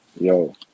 Yo